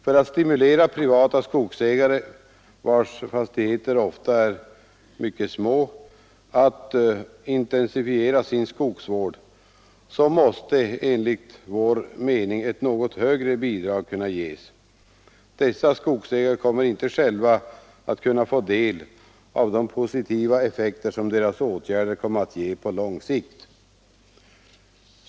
För att stimulera privata skogsägare, vilkas fastigheter ofta är mycket små, att intensifiera sin skogsvård måste enligt vår mening ett något högre bidrag kunna ges. Dessa skogsägare kommer inte själva att kunna få del av de positiva effekter som deras åtgärder medför på lång sikt.